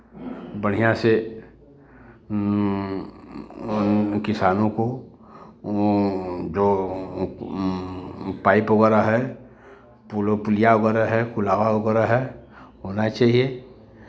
बढ़ियाँ से उन किसानों को वो जो पाइप वगैरह है पुल ओ पुलिया वगैरह है कुलावा वगैरह है होना चाहिए